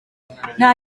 nta